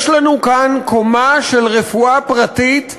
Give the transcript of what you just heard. יש לנו כאן קומה של רפואה פרטית,